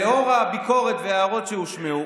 לאור הביקורת וההערות שהושמעו,